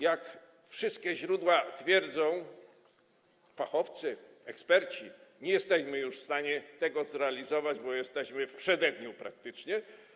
Jak wszystkie źródła podają, fachowcy, eksperci, nie jesteśmy już w stanie tego zrealizować, bo jesteśmy w przededniu praktycznie.